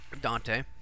Dante